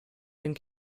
been